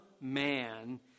man